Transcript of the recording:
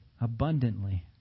abundantly